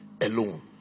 Alone